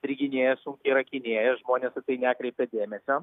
striginėja sunkiai rakinėja žmonės į tai nekreipia dėmesio